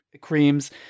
creams